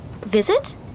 visit